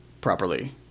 properly